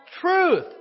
truth